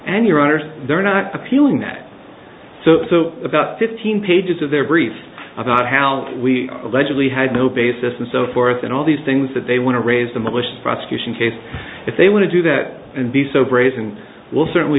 and your honor they're not appealing that so so about fifteen pages of their briefs about how we allegedly had no basis and so forth and all these things that they want to raise the malicious prosecution case if they want to do that and b so brazen will certainly